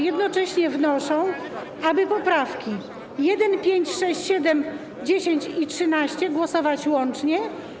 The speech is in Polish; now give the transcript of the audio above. Jednocześnie komisje wnoszą, aby nad poprawkami 1., 5., 6., 7., 10., i 13. głosować łącznie.